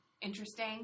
interesting